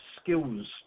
skills